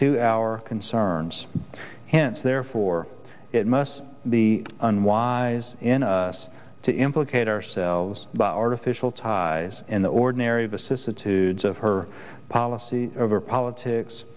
to our concerns hence therefore it must be unwise to implicate ourselves by artificial ties in the ordinary vicissitudes of her policy over politics